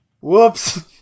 Whoops